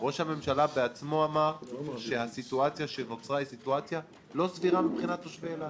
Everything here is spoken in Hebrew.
ראש הממשלה בעצמו אמר שהסיטואציה שנוצרה לא סבירה מבחינת תושבי אילת.